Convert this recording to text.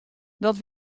dat